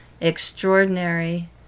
extraordinary